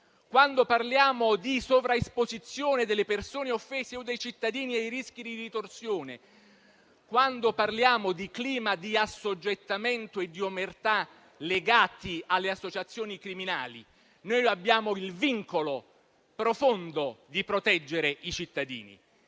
quando parliamo di sovraesposizione delle persone offese o dei cittadini e dei rischi di ritorsione; quando parliamo di clima di assoggettamento e di omertà legati alle associazioni criminali, noi abbiamo il vincolo profondo di proteggere i cittadini.